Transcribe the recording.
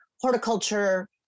horticulture